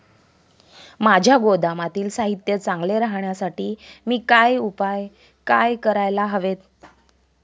माझ्या गोदामातील साहित्य चांगले राहण्यासाठी मी काय उपाय काय करायला हवेत?